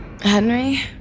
Henry